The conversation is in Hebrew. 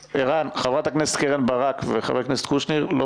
חברת הכנסת קרן ברק וחבר הכנסת קושניר לא